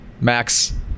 Max